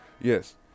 Yes